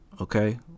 okay